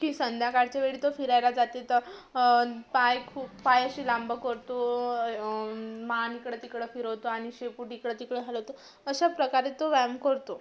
की संध्याकाळच्या वेळी तो फिरायला जाते तर पाय खूप पाय असे लांब करतो मान इकडं तिकडं फिरवतो आणि शेपूटबी इकडं तिकडं हलवतो अशाप्रकारे तो व्यायाम करतो